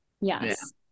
Yes